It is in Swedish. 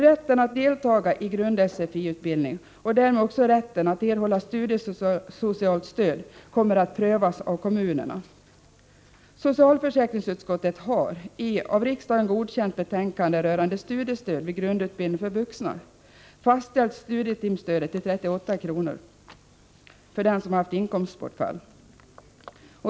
Rätten att delta i grund-SFI-utbildning och därmed rätten att erhålla studiesocialt stöd kommer att prövas av kommunerna. Socialförsäkringsutskottet har — i av riksdagen godkänt betänkande rörande studiestöd vid grundutbildning för vuxna — fastställt timstudiestödet till 38 kr. för den som haft inkomstbortfall.